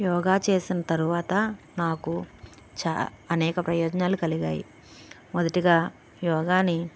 యోగా చేసిన తరువాత నాకు చ అనేక ప్రయోజనాలు కలిగాయి మొదటిగా యోగాని